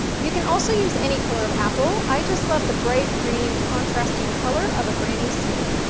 you can also use any color of apple, i just love the bright green, contrasting color of a granny smith.